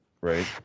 right